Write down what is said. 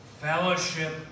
fellowship